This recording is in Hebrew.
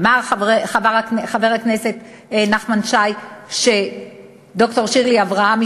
אמר חבר הכנסת נחמן שי שד"ר שירלי אברמי,